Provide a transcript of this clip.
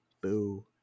boo